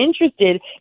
interested